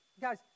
Guys